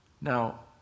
Now